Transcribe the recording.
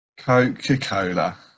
Coca-Cola